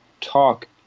talk